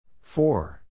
four